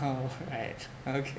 oh right okay